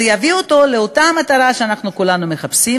זה יביא אותו לאותה מטרה שאנחנו כולנו מחפשים,